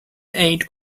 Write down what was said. ate